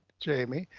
jamie,